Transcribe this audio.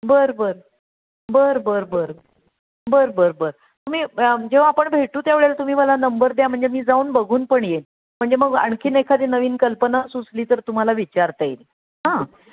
बरं बरं बरं बरं बरं बरं बरं बरं तुम्ही जेव्हा आपण भेटू त्या वेळेला तुम्ही मला नंबर द्या म्हणजे मी जाऊन बघून पण येईन म्हणजे मग आणखीन एखादी नवीन कल्पना सुचली तर तुम्हाला विचारता येईल हां